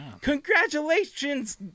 congratulations